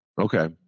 Okay